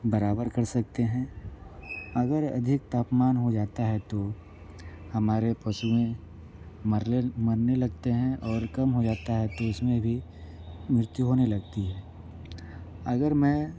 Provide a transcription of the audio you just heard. बराबर कर सकते हैं अगर अधिक तापमान हो जाता है तो हमारे पशुओं मरने लगते हैं और कम हो जाता है तो इसमें भी मृत्यु होने लगती है अगर मैं